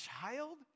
child